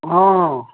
ହଁ